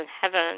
heaven